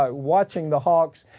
um watching the hawks,